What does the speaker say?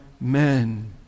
men